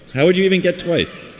how would you even get twice?